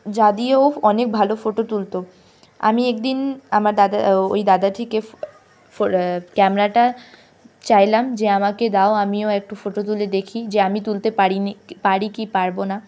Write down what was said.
যা দিয়ে ও অনেক ভালো ফোটো তুলত আমি একদিন আমার দাদা ওই দাদাটিকে ক্যামেরাটা চাইলাম যে আমাকে দাও আমিও একটু ফোটো তুলে দেখি যে আমি তুলতে পারিনি পারি কি পারব না